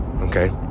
okay